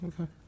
Okay